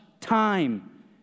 time